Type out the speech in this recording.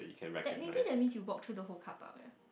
technically that means you walk through the whole car park leh